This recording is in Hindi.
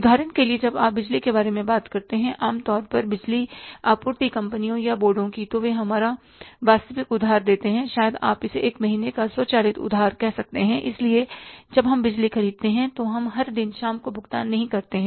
उदाहरण के लिए जब आप बिजली के बारे में बात करते हैं आम तौर पर बिजली आपूर्ति कंपनियों या बोर्डों की तो वे हमारा वास्तविक उधार देते हैं या शायद आप इसे 1 महीने का स्वचालित उधार कह सकते हैं क्योंकि जब हम बिजली खरीदते हैं तो हम हर दिन शाम को भुगतान नहीं करते हैं